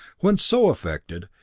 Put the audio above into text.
when so affected,